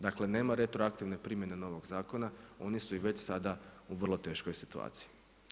Dakle nema retroaktivne primjene novog zakona, oni su i već sada u vrlo teškoj situaciji.